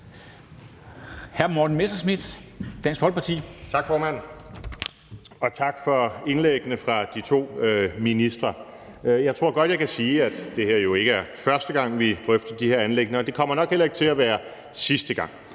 Morten Messerschmidt (DF): Tak, formand, og tak til de to ministre for indlæggene. Jeg tror godt, at jeg kan sige, at det her jo ikke er første gang, vi drøfter de her anliggender, og det kommer nok heller ikke til at være sidste gang.